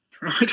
right